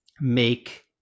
make